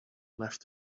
left